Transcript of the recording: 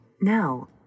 Now